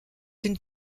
une